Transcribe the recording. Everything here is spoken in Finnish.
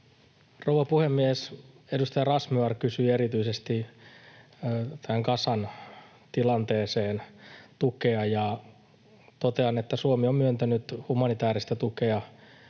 Rouva puhemies! Edustaja Razmyar kysyi erityisesti tähän Gazan tilanteeseen tukea, ja totean, että Suomi on myöntänyt humanitääristä tukea